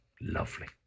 Lovely